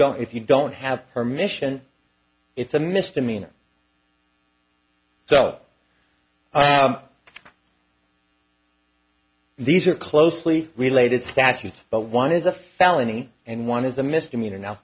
don't if you don't have permission it's a misdemeanor so these are closely related statutes but one is a felony and one is a misdemeanor now